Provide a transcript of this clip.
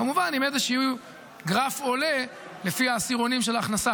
כמובן עם איזשהו גרף עולה לפי העשירונים של ההכנסה.